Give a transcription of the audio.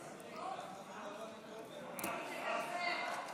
מיקי, תקצר.